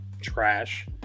trash